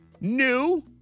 new